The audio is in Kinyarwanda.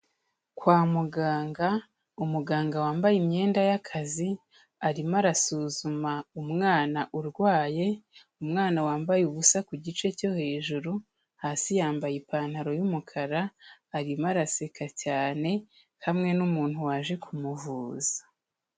Kwa muganga umuganga wambaye imyenda y'akazi arimo arasuzuma umwana urwaye, umwana wambaye ubusa ku gice cyo hejuru, hasi yambaye ipantaro y'umukara arimo araseka cyane hamwe n'umuntu waje kumuvuza.